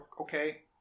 okay